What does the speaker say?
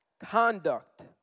conduct